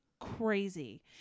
crazy